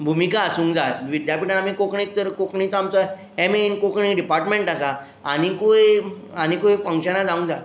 विद्यापिटांत आमी कोंकणीक तर कोंकणीचो आमचो M A in Konkani department आसा आनिकूय आनिकूय फंक्शनां जावंक जाय